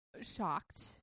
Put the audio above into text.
shocked